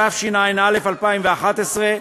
התשע"א 2011,